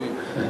אויבים.